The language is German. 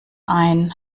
ein